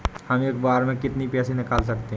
हम एक बार में कितनी पैसे निकाल सकते हैं?